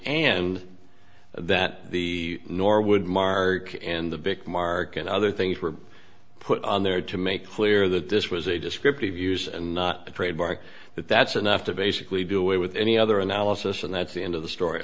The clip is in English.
and that the norwood mark and the victim mark and other things were put on there to make clear that this was a descriptive use and not the trademark but that's enough to basically do away with any other analysis and that's the end of the story